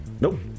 Nope